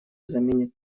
заменит